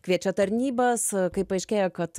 kviečia tarnybas kai paaiškėja kad